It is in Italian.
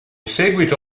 seguito